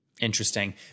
Interesting